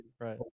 right